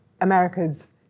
America's